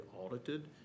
audited